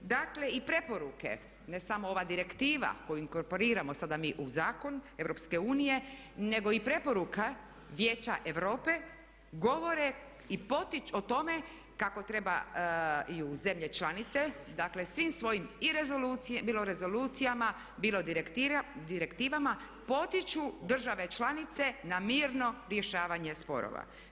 Dakle i preporuke, ne samo ova direktiva koju inkorporiramo sada mi u zakon EU, nego i preporuka Vijeća Europe govore o tome kako trebaju zemlje članice, dakle svim svojim bilo rezolucijama, bilo direktivama potiču države članice na mirno rješavanje sporova.